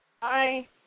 Hi